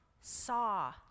saw